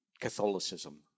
Catholicism